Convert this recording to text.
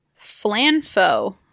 Flanfo